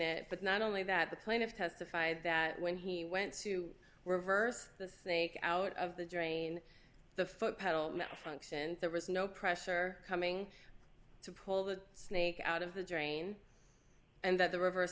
it but not only that the claim of testified that when he went to reverse the snake out of the drain the foot pedal malfunctioned there was no pressure coming to pull the snake out of the drain and that the reverse